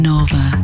Nova